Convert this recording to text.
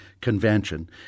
convention